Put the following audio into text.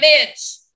bitch